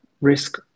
risk